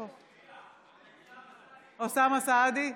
(קוראת בשמות חברי הכנסת) אוסאמה סעדי,